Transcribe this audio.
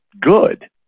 good